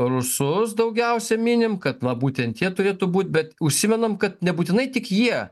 rusus daugiausiai minim kad va būtent jie turėtų būt bet užsimenam kad nebūtinai tik jie